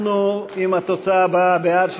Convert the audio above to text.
אנחנו עם התוצאה הבאה: בעד,